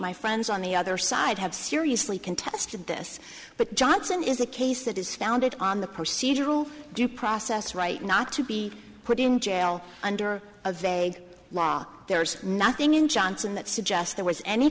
my friends on the other side have seriously contested this but johnson is a case that is founded on the procedural due process right not to be put in jail under a vague law there's nothing in johnson that suggests there was any